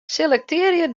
selektearje